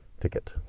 ticket